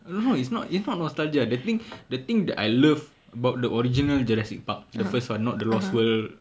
no it's not it's not nostalgia the thing the thing that I love about the original jurassic park the first one not the Lost World